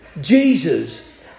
Jesus